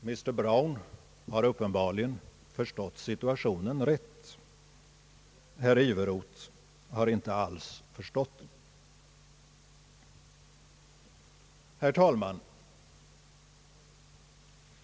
Mr Brown har uppenbarligen förstått situationen rätt; herr Iveroth har inte alls förstått den. Herr talman!